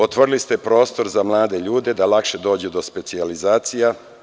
Otvorili ste prostor za mlade ljude da lakše dođu do specijalizacija.